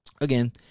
Again